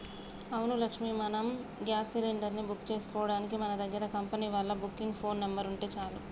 అవును లక్ష్మి మనం gas cylinder ని బుక్ చేసుకోవడానికి మన దగ్గర కంపెనీ వాళ్ళ బుకింగ్ ఫోన్ నెంబర్ ఉంటే చాలు